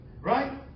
Right